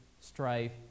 strife